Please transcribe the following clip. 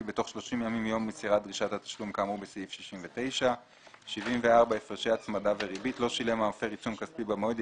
בתוך 30 ימים מיום מסירת דרישת התשלום כאמור בסעיף 69. 74.הפרשי הצמדה וריבית לא שילם המפר עיצום כספי במועד,